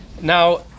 Now